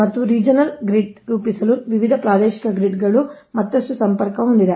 ಮತ್ತು regional grid ರೂಪಿಸಲು ವಿವಿಧ ಪ್ರಾದೇಶಿಕ ಗ್ರಿಡ್ಗಳು ಮತ್ತಷ್ಟು ಸಂಪರ್ಕ ಹೊಂದಿವೆ